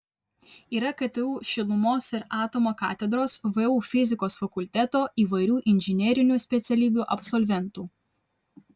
yra ktu šilumos ir atomo katedros vu fizikos fakulteto įvairių inžinerinių specialybių absolventų